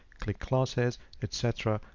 click classes, etc.